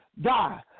die